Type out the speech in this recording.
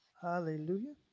Hallelujah